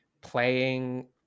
playing